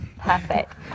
Perfect